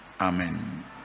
Amen